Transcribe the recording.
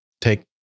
take